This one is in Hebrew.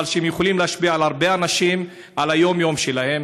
אבל שיכולים להשפיע על הרבה אנשים ועל היום-יום שלהם.